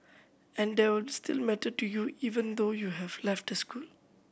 and there will still matter to you even though you have left the school